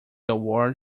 award